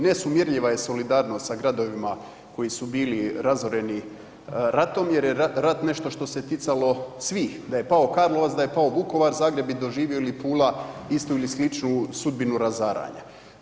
Nesumjerljiva je solidarnost sa gradovima koji su bili razoreni ratom jer je rat nešto što se ticalo svih da je pao Karlovac, da je pao Vukovar Zagreb bi doživio ili Pula istu ili sličnu sudbinu razaranja.